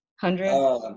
hundred